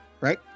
right